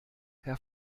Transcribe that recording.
herr